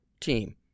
team